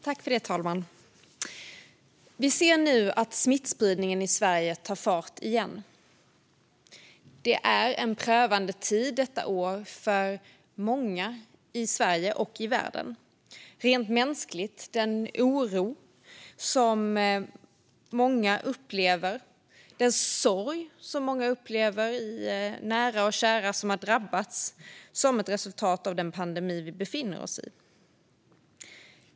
Herr talman! Vi ser nu att smittspridningen i Sverige tar fart igen. Det är en prövande tid, detta år, för många i Sverige och i världen. Det är prövande rent mänskligt genom den oro som många upplever och den sorg som många vars nära och kära drabbats upplever som ett resultat av den pandemi som vi befinner oss i.